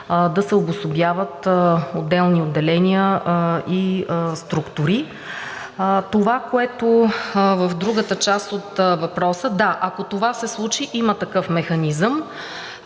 да се обособяват отделни отделения и структури. Това, което е в другата част от въпроса, да, ако това се случи, има такъв механизъм,